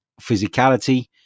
physicality